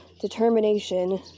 determination